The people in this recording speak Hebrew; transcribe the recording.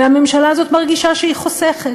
והממשלה הזאת מרגישה שהיא חוסכת.